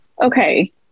Okay